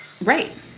Right